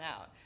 out